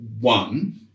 one